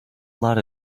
lot